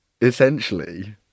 Essentially